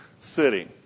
city